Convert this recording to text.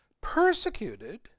persecuted